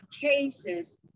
cases